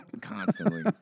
Constantly